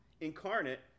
incarnate